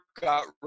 got